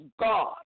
God